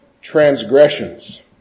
transgressions